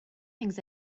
things